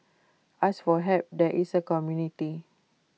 ask for help there is A community